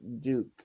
Duke